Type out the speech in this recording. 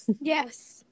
Yes